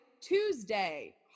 Tuesday